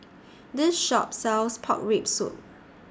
This Shop sells Pork Rib Soup